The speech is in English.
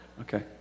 Okay